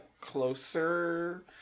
closer